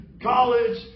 college